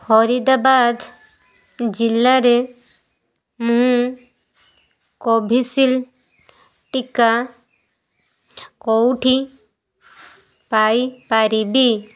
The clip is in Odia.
ଫରିଦାବାଦ ଜିଲ୍ଲାରେ ମୁଁ କୋଭିଶିଲ୍ଚ ଟିକା କେଉଁଠି ପାଇପାରିବି